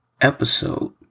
episode